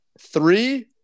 Three